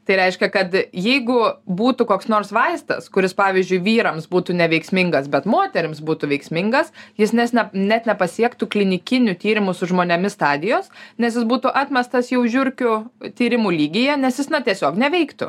tai reiškia kad jeigu būtų koks nors vaistas kuris pavyzdžiui vyrams būtų neveiksmingas bet moterims būtų veiksmingas jis nes ne net nepasiektų klinikinių tyrimų su žmonėmis stadijos nes jis būtų atmestas jau žiurkių tyrimų lygyje nes jis na tiesiog neveiktų